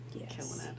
Yes